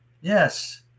Yes